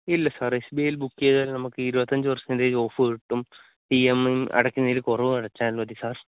ഇല്ല sir S B ഐയില് book ചെയ്താൽ നമുക്ക് ഇരുപത്തി അഞ്ച് പേര്സന്റേജ് ഓഫ് കിട്ടും ഈ എം ഐം അടയ്ക്കുന്നതില് കുറവ് അടച്ചാല് മതി സാര്